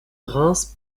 reims